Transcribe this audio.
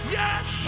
yes